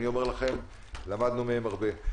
ואני אומר לכם שלמדנו מהם הרבה.